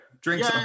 Drink